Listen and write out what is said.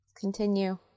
Continue